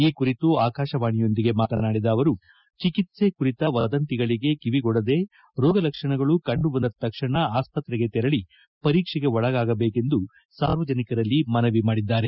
ಈ ಕುರಿತು ಆಕಾಶವಾಣೆಯೊಂದಿಗೆ ಮಾತನಾಡಿದ ಅವರು ಚಿಕಿತ್ಲೆ ಕುರಿತ ವದಂತಿಗಳಿಗೆ ಕಿವಿಗೊಡದೇ ರೋಗ ಲಕ್ಷಣಗಳು ಕಂಡು ಬಂದ ತಕ್ಷಣ ಆಸ್ತ್ರೆಗಳಿಗೆ ತೆರಳಿ ಪರೀಕ್ಷೆಗೆ ಒಳಗಾಗಬೇಕೆಂದು ಸಾರ್ವಜನಿಕರಲ್ಲಿ ಮನವಿ ಮಾಡಿದ್ದಾರೆ